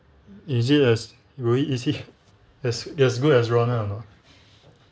is he as will he is he as good as ronald or not